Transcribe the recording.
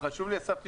חשוב לי שאסף ישמע.